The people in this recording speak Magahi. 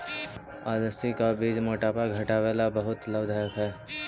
अलसी का बीज मोटापा घटावे ला बहुत लाभदायक हई